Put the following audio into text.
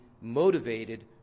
motivated